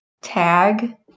tag